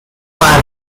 firefox